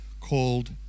called